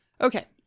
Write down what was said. Okay